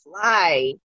fly